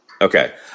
Okay